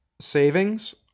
savings